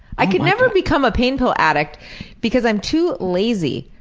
i could never become a pain pill addict because i'm too lazy.